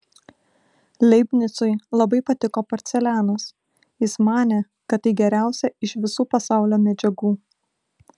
leibnicui labai patiko porcelianas jis manė kad tai geriausia iš visų pasaulio medžiagų